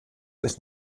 ist